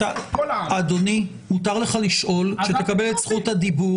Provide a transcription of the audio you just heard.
אדוני, מותר לך לשאול כשתקבל את זכות הדיבור.